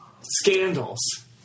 scandals